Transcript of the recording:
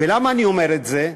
ולמה אני אומר את זה?